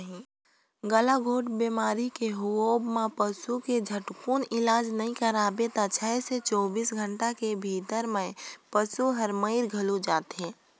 गलाघोंट बेमारी के होवब म पसू के झटकुन इलाज नई कराबे त छै से चौबीस घंटा के भीतरी में पसु हर मइर घलो जाथे